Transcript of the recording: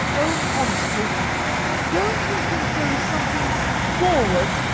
own honestly don't you think there is something forward,